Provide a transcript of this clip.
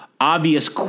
obvious